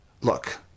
look